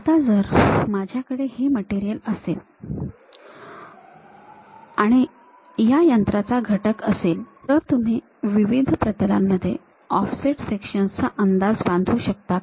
आता जर माझ्याकडे हे मटेरियल असेल आणि या यंत्राचा घटक असेल तर तुम्ही विविध प्रतलांमध्ये ऑफसेट सेक्शन्स चा अंदाज बंधू शकता का